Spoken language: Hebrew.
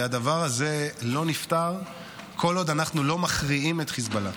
והדבר הזה לא נפתר כל עוד אנחנו לא מכריעים את חיזבאללה.